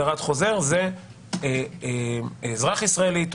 זה אזרח ישראלי,